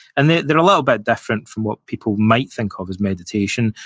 and they're they're a little bit different from what people might think of as meditation,